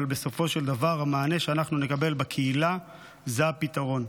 אבל בסופו של דבר המענה שאנחנו נקבל בקהילה זה הפתרון.